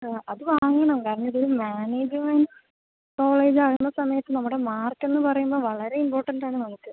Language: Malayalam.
അത് വാങ്ങണം കാരണം ഇത് ഒര് മാനേജ്മെൻറ്റ് കോളേജ് ആവ്ന്ന സമയത്ത് നമ്മട മാർക്ക് എന്ന് പറയുമ്പം വളരെ ഇമ്പോർട്ടൻറ്റ് ആണ് നമുക്ക്